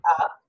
up